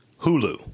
Hulu